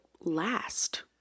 last